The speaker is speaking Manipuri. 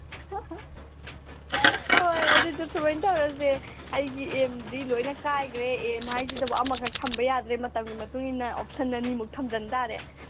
ꯍꯣꯏ ꯑꯗꯨꯣꯗ ꯁꯨꯃꯥꯏꯅ ꯇꯧꯔꯁꯦ ꯑꯩꯒꯤ ꯑꯦꯝꯗꯤ ꯂꯣꯏꯅ ꯀꯥꯏꯈ꯭ꯔꯦ ꯑꯦꯝ ꯍꯥꯏꯁꯤꯗꯕꯨ ꯑꯃꯈꯛ ꯊꯝꯕ ꯌꯥꯗ꯭ꯔꯦ ꯃꯇꯝꯒꯤ ꯃꯇꯨꯡ ꯏꯟꯅ ꯑꯣꯞꯁꯟ ꯑꯅꯤꯃꯨꯛ ꯊꯝꯖꯤꯟ ꯇꯥꯔꯦ